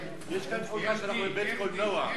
יש תחושה של בית-קולנוע.